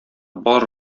бар